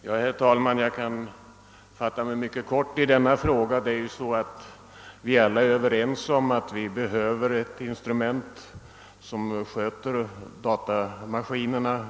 Herr talman! Jag kan fatta mig mycket kort i denna fråga, eftersom vi alla är överens om att vi behöver ett institut för skötseln av datamaskinerna.